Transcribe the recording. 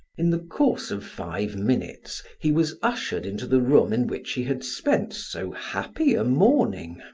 in the course of five minutes he was ushered into the room in which he had spent so happy a morning.